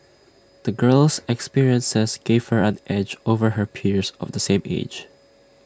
the girl's experiences gave her an edge over her peers of the same age